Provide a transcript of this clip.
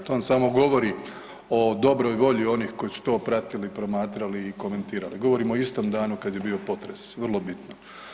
To vam samo govori o dobroj volji onih koji su to pratili, promatrali i komentirali, govorim o istom danu kada je bio potres, vrlo bitno.